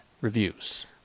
Reviews